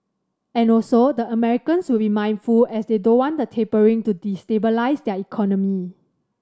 and also the Americans will be mindful as they don't want the tapering to destabilise their economy